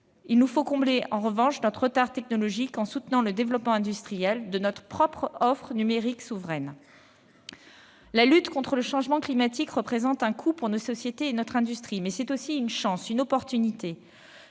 il nous faut combler notre retard technologique en soutenant le développement industriel de notre propre offre numérique souveraine. La lutte contre le changement climatique représente un coût pour nos sociétés et pour notre industrie, mais c'est aussi une chance, si on